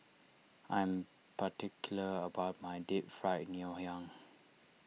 I am particular about my Deep Fried Ngoh Hiang